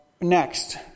next